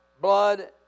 Blood